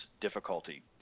difficulty